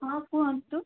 ହଁ କୁହନ୍ତୁ